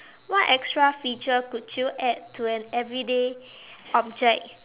what extra feature could you add to an everyday object